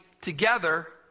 together